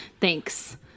Thanks